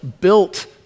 built